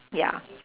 ya